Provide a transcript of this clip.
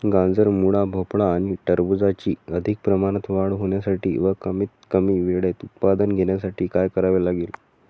गाजर, मुळा, भोपळा आणि टरबूजाची अधिक प्रमाणात वाढ होण्यासाठी व कमीत कमी वेळेत उत्पादन घेण्यासाठी काय करावे लागेल?